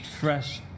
fresh